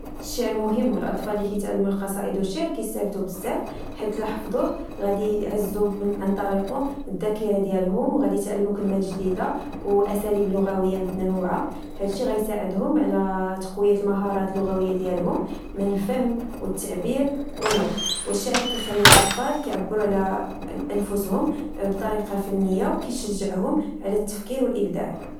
الشعر مهم للأطفال لكيتعلموا القصائد والشعر يستافدو بزاف حيت الى حفظوه غادي يعزو طريق الذاكرة ديالهم وغادي تعلم كلمات جديده واساليب لغويه متنوعه هادشي يساعدهم على تقويه المهارات اللغويه ديالهم من الفهم والتعبير والنطق والشعر كيخلي الاطفال كيعبرو على انفسهم بطريقه فنيه ويشجعهم على التفكير والابداع